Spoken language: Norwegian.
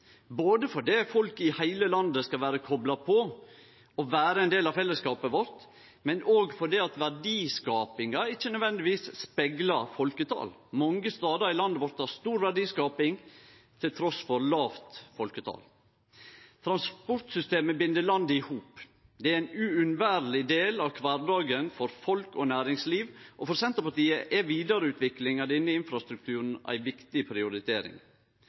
folk i heile landet skal vere kopla på og vere ein del av fellesskapet vårt, og òg fordi verdiskapinga ikkje nødvendigvis speglar folketalet. Mange stadar i landet vårt har stor verdiskaping trass lågt folketal. Transportsystemet bind landet i hop. Det er ein uunnverleg del av kvardagen for folk og næringsliv, og for Senterpartiet er vidareutvikling av denne infrastrukturen ei viktig prioritering.